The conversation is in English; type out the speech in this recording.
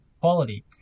quality